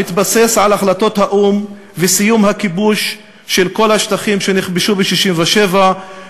המתבסס על החלטות האו"ם וסיום הכיבוש של כל השטחים שנכבשו ב-1967,